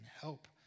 help